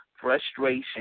frustration